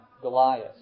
Goliath